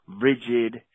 rigid